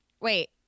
wait